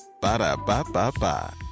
Ba-da-ba-ba-ba